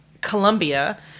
Colombia